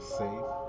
safe